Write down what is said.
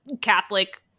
Catholic